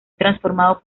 transformados